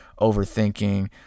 overthinking